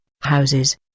houses